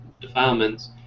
defilements